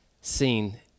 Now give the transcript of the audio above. seen